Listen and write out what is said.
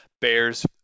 Bears